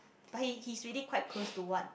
but he he's really close to what